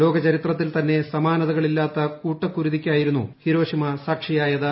ലോക ചരിത്രത്തിൽതന്നെ സമാനതകളില്ലാത്ത കൂട്ടക്കുരുതിയ്ക്കായിരുന്നു ഹിരോഷിമ സാക്ഷിയായത്